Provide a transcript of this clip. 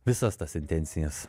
visas tas intencijas